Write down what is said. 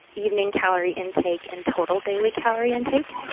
evening calorie intake and total daily calorie intake.